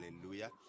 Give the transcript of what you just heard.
hallelujah